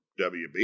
WB